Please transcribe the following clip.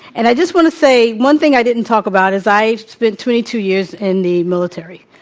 and i just want to say, one thing i didn't talk about is i have spent twenty two years in the military.